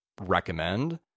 recommend